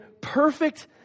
perfect